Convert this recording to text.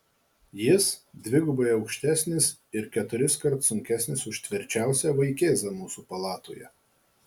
jis dvigubai aukštesnis ir keturiskart sunkesnis už tvirčiausią vaikėzą mūsų palatoje